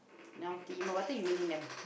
now team but I thought you meeting them